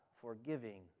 forgiving